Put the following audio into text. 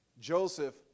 Joseph